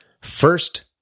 First